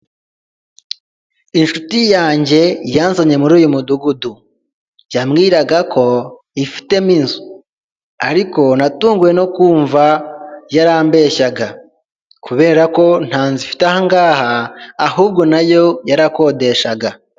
Inshuti yanjye yanzanye muri uyu mudugudu. Yambwiraga ko ifitemo inzu. Ariko natunguwe no kumva yarambeshyaga kubera ko nta nzu ifite ahangaha, ahubwo nayo yarakodeshaga.